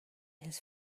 his